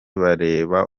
bareba